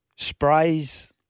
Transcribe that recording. Sprays